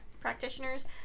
practitioners